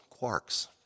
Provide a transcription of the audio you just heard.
quarks